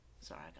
Sorry